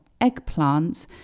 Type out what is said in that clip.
eggplants